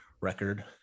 record